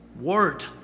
word